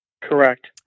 Correct